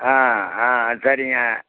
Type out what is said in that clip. ஆ ஆ சரிங்க